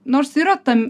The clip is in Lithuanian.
nors yra tam